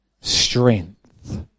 strength